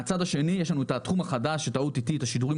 מהצד השני יש לנו התחום החדש OTT השידורים